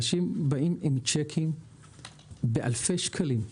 אנשים באים עם צ'קים באלפי שקלים.